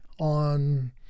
on